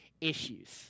issues